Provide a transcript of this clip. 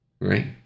right